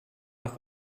nach